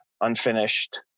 unfinished